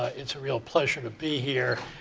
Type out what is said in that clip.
ah it's a real pleasure to be here.